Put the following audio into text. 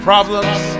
problems